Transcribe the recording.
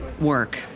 work